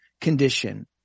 condition